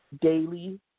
Daily